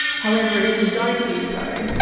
however, if we don't do so,